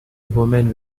woman